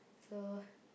so